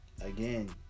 again